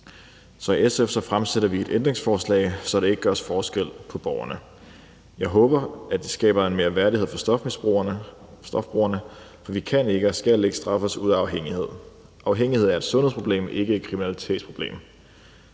Så i SF stiller vi et ændringsforslag, så der ikke gøres forskel på borgerne. Jeg håber, at det skaber mere værdighed for stofbrugerne, for vi kan ikke og skal ikke straffe os ud af afhængighed. Afhængighed er et sundhedsproblem, ikke et kriminalitetsproblem.